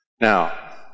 Now